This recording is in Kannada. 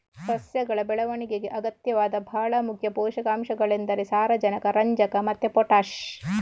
ಸಸ್ಯಗಳ ಬೆಳವಣಿಗೆಗೆ ಅಗತ್ಯವಾದ ಭಾಳ ಮುಖ್ಯ ಪೋಷಕಾಂಶಗಳೆಂದರೆ ಸಾರಜನಕ, ರಂಜಕ ಮತ್ತೆ ಪೊಟಾಷ್